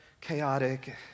chaotic